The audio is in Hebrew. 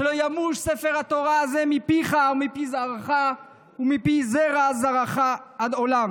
שלא ימוש ספר התורה זה מפיך ומפי זרעך ומפי זרע זרעך עד עולם.